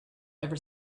over